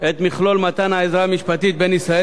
את מכלול מתן העזרה המשפטית בין ישראל